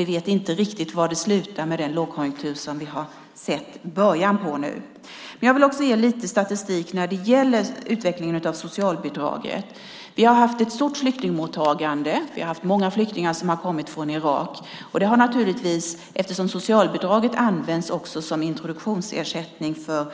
Vi vet inte var det slutar med den lågkonjunktur som vi har sett början på. Jag vill också ge lite statistik när det gäller utvecklingen av socialbidraget. Vi har haft ett stort flyktingmottagande. Många flyktingar har kommit från Irak. Det har naturligtvis spelat roll när vi tittar på socialbidragens utveckling eftersom socialbidraget också används som introduktionsersättning för